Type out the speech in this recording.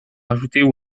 rajouter